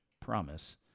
promise